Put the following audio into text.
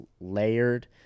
layered